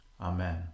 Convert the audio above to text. Amen